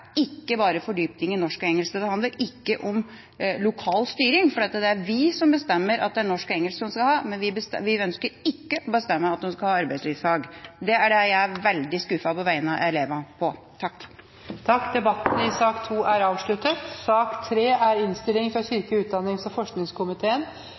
ikke bare fordypning i norsk og engelsk. Det handler ikke om lokal styring. Det er vi som bestemmer at det er norsk og engelsk de skal ha, men vi ønsker ikke å bestemme at de skal ha arbeidslivsfag. Det er det jeg på vegne av elevene er veldig skuffet over. Debatten i sak nr. 2 er avsluttet. Ingen har bedt om ordet. Etter ønske fra helse- og